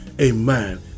amen